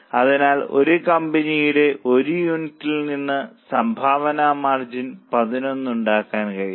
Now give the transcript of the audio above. അതിനാൽ ഒരു കമ്പനിയുടെ ഒരു യൂണിറ്റിൽ നിന്ന് സംഭാവന മാർജിൻ 11 ഉണ്ടാക്കാൻ കഴിയും